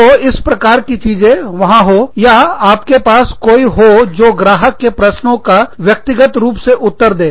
तो इस प्रकार की चीजें वहां हो या आपके पास कोई हो जो ग्राहकों के प्रश्नों का व्यक्तिगत रूप से उत्तर दें